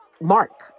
mark